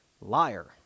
liar